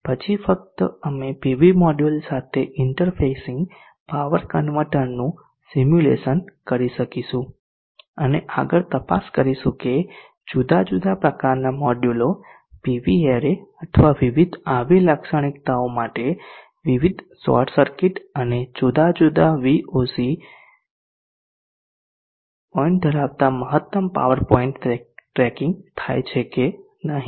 પછી ફક્ત અમે પીવી મોડ્યુલ સાથે ઇન્ટરફેસિંગ પાવર કન્વર્ટરનું સિમ્યુલેશન કરી શકીશું અને આગળ તપાસ કરીશું કે જુદા જુદા પ્રકારનાં મોડ્યુલો પીવી એરે અથવા વિવિધ IV લાક્ષણિકતાઓ માટે વિવિધ શોર્ટ સર્કિટ અને જુદા જુદા VOC પોઇન્ટ ધરાવતા મહત્તમ પાવર પોઇન્ટ ટ્રેકિંગ થાય છે કે નહિ